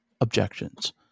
objections